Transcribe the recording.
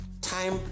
time